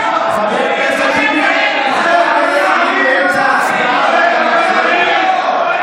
אני באמצע הצבעה ואתה מפריע.